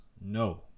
no